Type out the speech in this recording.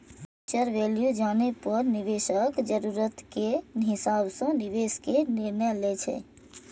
future value जानै पर निवेशक जरूरत के हिसाब सं निवेश के निर्णय लै छै